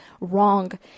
wrong